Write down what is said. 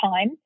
Time